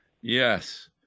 Yes